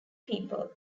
people